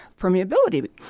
permeability